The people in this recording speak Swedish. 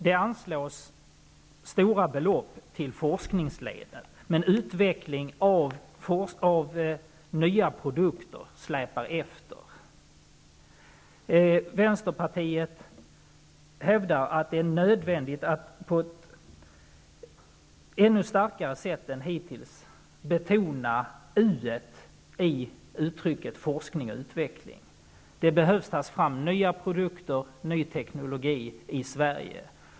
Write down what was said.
Det anslås stora belopp till forskningsledet, men utvecklingen av nya produkter släpar efter. Vänsterpartiet hävdar att det är nödvändigt att ännu starkare än hittills betona utveckling i uttrycket ''forskning och utveckling''. Det behöver tas fram nya produkter och ny teknologi i Sverige.